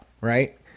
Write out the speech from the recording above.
right